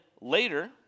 later